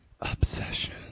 Obsession